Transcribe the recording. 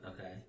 Okay